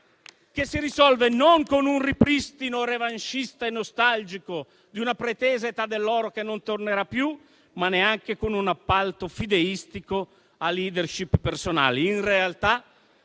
che si risolve non con un ripristino revanscista e nostalgico di una pretesa età dell'oro che non tornerà più, ma neanche con un appalto fideistico a *leadership* personali.